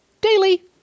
Daily